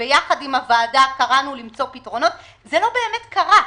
עם הוועדה קראנו למצוא פתרונות, זה לא באמת קרה.